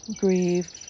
grieve